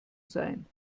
sein